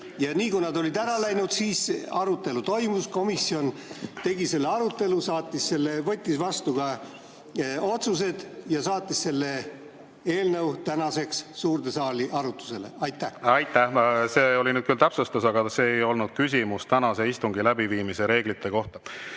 Ja nii kui nad olid ära läinud, see arutelu toimus. Komisjon tegi selle arutelu, võttis vastu ka otsused ja saatis selle eelnõu tänaseks suurde saali arutusele. Aitäh! See oli nüüd küll täpsustus, see ei olnud küsimus tänase istungi läbiviimise reeglite kohta.